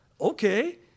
okay